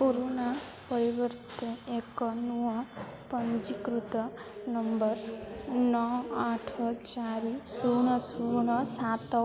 ପୁରୁଣା ପରିବର୍ତ୍ତେ ଏକ ନୂଆ ପଞ୍ଜୀକୃତ ନମ୍ବର ନଅ ଆଠ ଚାରି ଶୂନ ଶୂନ ସାତ